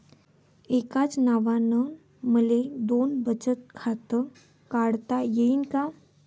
एकाच नावानं मले दोन बचत खातं काढता येईन का?